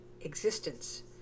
existence